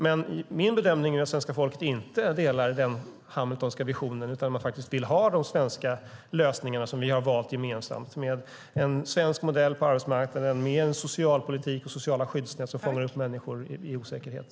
Men min bedömning är att svenska folket inte delar den hamiltonska visionen utan faktiskt vill ha de svenska lösningar som vi har valt gemensamt med en svensk modell på arbetsmarknaden, med en socialpolitik och med sociala skyddsnät som fångar upp människor som befinner sig i osäkerhet.